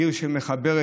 עיר שמחברת.